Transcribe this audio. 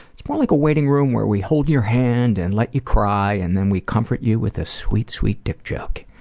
it's more like a waiting room where we hold your hand and let you cry and then we comfort you with a sweet, sweet dick joke.